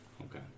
Okay